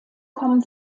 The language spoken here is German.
kommen